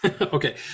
Okay